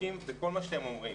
צודקים בכל מה שאתם אומרים,